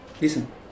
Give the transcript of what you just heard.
Listen